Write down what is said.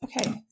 okay